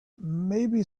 maybe